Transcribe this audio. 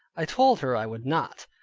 i told her i would not.